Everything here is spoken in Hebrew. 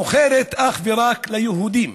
היא מוכרת אך ורק ליהודים.